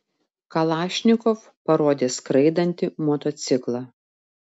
kalašnikov parodė skraidantį motociklą